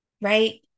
right